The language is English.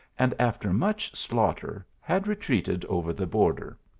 and after much slaughter, had retreated over the border.